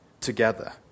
together